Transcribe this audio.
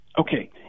okay